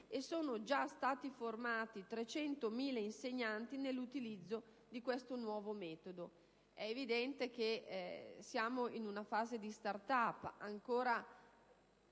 e sono già stati formati 300.000 insegnanti per l'utilizzo di questo nuovo metodo. È evidente che ci troviamo in una fase di *start up,* cioè